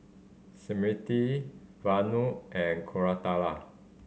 Smriti Vanu and Koratala